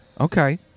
okay